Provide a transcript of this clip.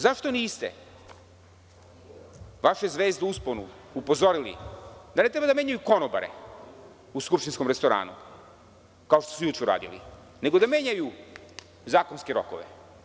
Zašto niste vaše zvezde u usponu upozorili da ne trebaju da menjaju konobare u skupštinskom restoranu, kao što su juče uradili, nego da menjaju zakonske rokove?